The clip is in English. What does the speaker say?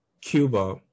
Cuba